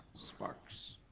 sparks.